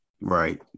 Right